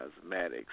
Cosmetics